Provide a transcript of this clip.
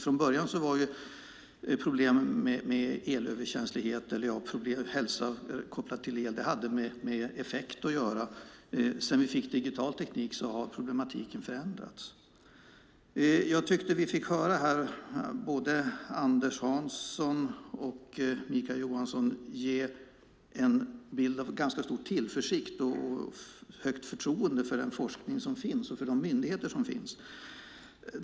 Från början hade problemen med elöverkänslighet - hälsa kopplad till el - med effekt att göra. Sedan vi fick digital teknik har problematiken förändrats. Vi fick höra en ganska stor tillförsikt från Anders Hansson och Mikael Jansson. De har stort förtroende för den forskning och för de myndigheter som finns.